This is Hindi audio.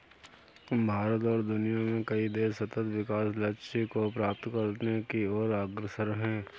भारत और दुनिया में कई देश सतत् विकास लक्ष्य को प्राप्त करने की ओर अग्रसर है